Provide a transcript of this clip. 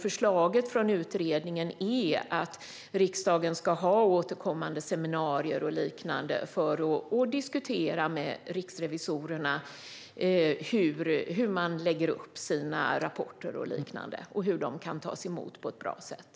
Förslaget från utredningen är att riksdagen ska ha återkommande seminarier och liknande för att diskutera med riksrevisorerna hur man lägger upp sina rapporter och liknande och hur de kan tas emot på ett bra sätt.